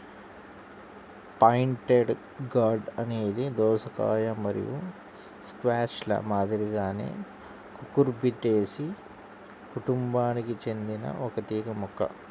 pointed gourd అనేది దోసకాయ మరియు స్క్వాష్ల మాదిరిగానే కుకుర్బిటేసి కుటుంబానికి చెందిన ఒక తీగ మొక్క